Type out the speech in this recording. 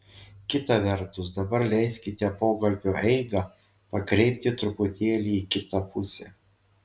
kita vertus dabar leiskite pokalbio eigą pakreipti truputėlį į kitą pusę